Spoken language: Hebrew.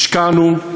השקענו,